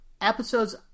episodes